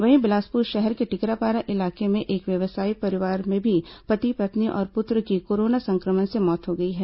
वहीं बिलासपुर शहर के टिकरापारा इलाके में एक व्यवसायी परिवार में भी पति पत्नी और पुत्र की कोरोना संक्रमण से मौत हो गई है